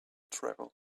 travel